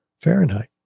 Fahrenheit